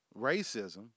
Racism